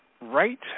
right